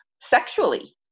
sexually